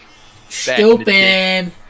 Stupid